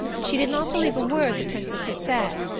she did not believe a word the princess had said.